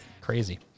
crazy